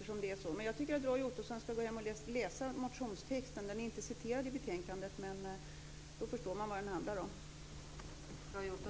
få andra kort. Jag tycker att Roy Ottosson skall gå hem och läsa motionstexten. Den är inte citerad i betänkandet. Då förstår han vad det handlar om.